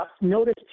Notice